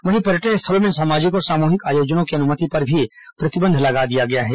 वहीं पर्यटन स्थलों में सामाजिक और सामूहिक आयोजनों की अनुमति पर भी प्रतिबंध लगा दिया गया है